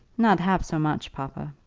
not half so much, papa.